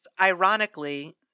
ironically